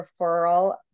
referral